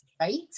right